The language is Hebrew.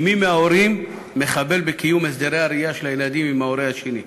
שמי מההורים מחבל בקיום הסדרי הראייה של הילדים עם ההורה השני.